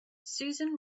susan